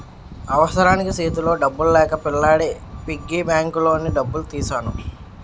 అవసరానికి సేతిలో డబ్బులు లేక పిల్లాడి పిగ్గీ బ్యాంకులోని డబ్బులు తీసెను